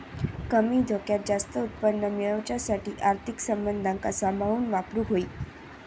कमी धोक्यात जास्त उत्पन्न मेळवच्यासाठी आर्थिक साधनांका सांभाळून वापरूक होई